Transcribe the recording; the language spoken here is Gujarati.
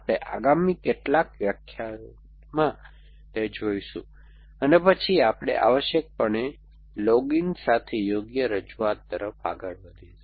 આપણે આગામી કેટલાક વ્યાખ્યાતાઓમાં તે જોઈશું અને પછી આપણે આવશ્યકપણે લોગિન સાથે યોગ્ય રજૂઆત તરફ આગળ વધીશું